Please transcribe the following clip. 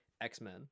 x-men